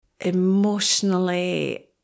emotionally